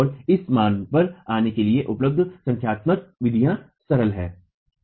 और इस मान पर आने के लिए उपलब्ध संख्यात्मक विधियाँ सरल है